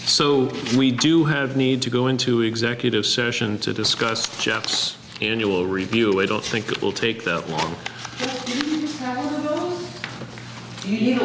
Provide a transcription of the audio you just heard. so we do have need to go into executive session to discuss japs annual review i don't think it will take that long y